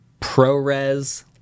ProRes